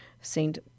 Saint